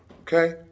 Okay